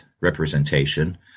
representation